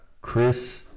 Chris